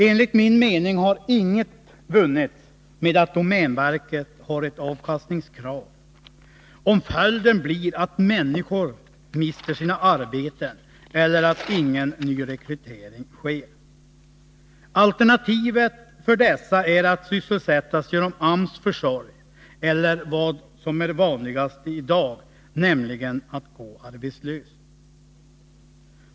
Enligt min mening har inget vunnits med att domänverket har ett avkastningskrav, om följden blir att människor mister sina arbeten eller att ingen nyrekrytering sker. Alternativet till detta är att sysselsättas genom AMS försorg eller vad som är vanligast i dag, att gå arbetslös.